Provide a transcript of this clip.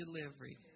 delivery